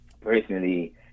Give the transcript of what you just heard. personally